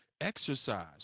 exercise